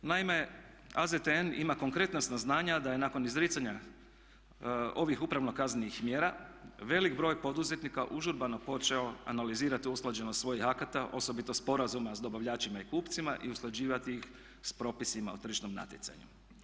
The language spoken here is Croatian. Naime, AZTN ima konkretna saznanja da je nakon izricanja ovih upravno-kaznenih mjera velik broj poduzetnika užurbano počeo analizirati usklađenost svojih akata, osobito sporazuma s dobavljačima i kupcima i usklađivati ih s propisima o tržišnom natjecanju.